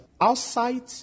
outside